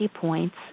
points